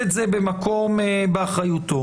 זה כקופסה שחורה לאחסון שאף אחד לא נוגע בזה,